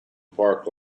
park